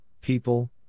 people